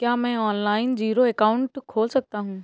क्या मैं online zero account खोल सकता हूँ?